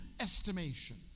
Estimation